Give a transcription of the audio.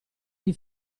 gli